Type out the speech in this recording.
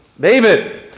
David